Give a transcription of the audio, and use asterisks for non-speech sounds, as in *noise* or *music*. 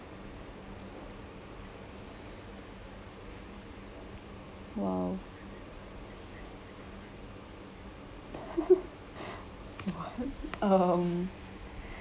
!wow! *laughs* what um